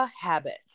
habits